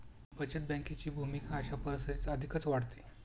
बचत बँकेची भूमिका अशा परिस्थितीत अधिकच वाढते